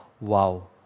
wow